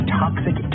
toxic